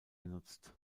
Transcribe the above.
genutzt